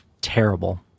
terrible